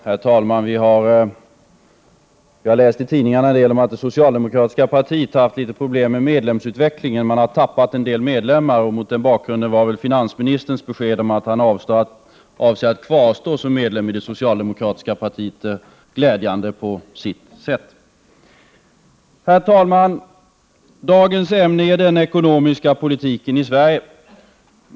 Herr talman! Vi har i tidningarna läst om att det socialdemokratiska partiet har haft problem med medlemsutvecklingen och har tappat en del medlemmar. Mot den bakgrunden var väl finansministerns besked om att han avser att kvarstå som medlem i det socialdemokratiska partiet glädjande på sitt sätt. Herr talman! Dagens ämne är den ekonomiska politiken i Sverige.